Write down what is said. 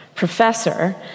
Professor